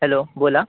hello बोला